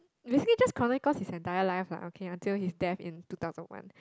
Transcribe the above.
basically just cause he is entire life lah until he death in two thousand one